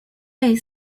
类似